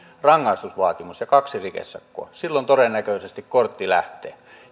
rangaistusvaatimus ja kaksi rikesakkoa silloin todennäköisesti kortti lähtee